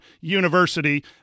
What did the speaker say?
university